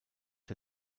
der